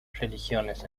religiones